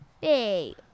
Hey